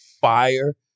fire